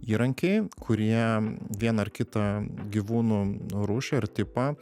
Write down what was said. įrankiai kurie vieną ar kitą gyvūnų rūšį ar tipą